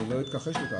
אני לא אתכחש לכך.